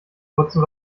putzen